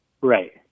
Right